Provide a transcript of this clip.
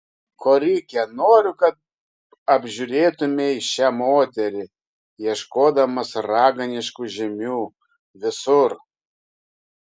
korike noriu kad apžiūrėtumei šią moterį ieškodamas raganiškų žymių visur